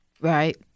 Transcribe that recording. Right